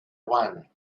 one